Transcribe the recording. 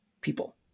people